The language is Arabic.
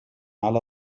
على